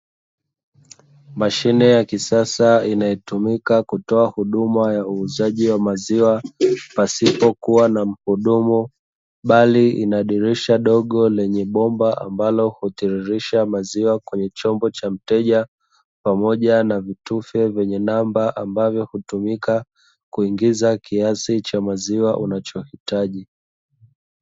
Mashine ya kisasa inayotumika kutoa huduma ya uuzaji wa maziwa pasipo kuwa na mhudumu, bali inadirisha dogo lenye bomba ambalo hutiririsha maziwa kwenye chombo cha mteja pamoja na vitufe vyenye namba ambavyo hutumika kuingiza kiasi cha maziwa unachohitaji.